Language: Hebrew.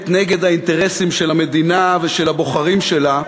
נגד האינטרסים של המדינה ושל הבוחרים שלה,